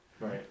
Right